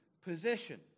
position